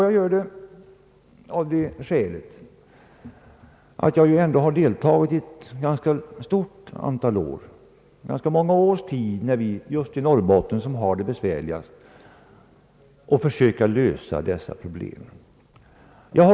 Jag gör det av det skälet att jag under ett ganska stort antal år deltagit i försöken att lösa problemen när man just i Norrbotten haft det besvärligast.